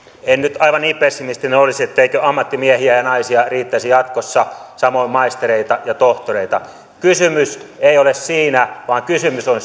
en nyt aivan niin pessimistinen olisi etteikö ammattimiehiä ja naisia riittäisi jatkossa samoin maistereita ja tohtoreita kysymys ei ole siitä vaan kysymys on